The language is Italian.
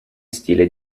stile